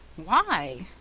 why?